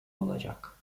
olacak